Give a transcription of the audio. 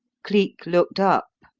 cleek looked up,